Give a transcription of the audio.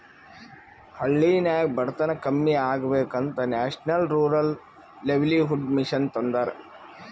ಹಳ್ಳಿನಾಗ್ ಬಡತನ ಕಮ್ಮಿ ಆಗ್ಬೇಕ ಅಂತ ನ್ಯಾಷನಲ್ ರೂರಲ್ ಲೈವ್ಲಿಹುಡ್ ಮಿಷನ್ ತಂದಾರ